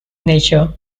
nature